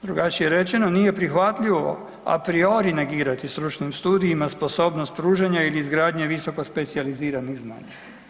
Drugačije rečeno, nije prihvatljivo a priori negirati stručnim studijima sposobnost pružanja ili izgradnje visoko specijaliziranih znanja.